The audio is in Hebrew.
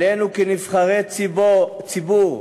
עלינו, כנבחרי ציבור,